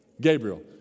Gabriel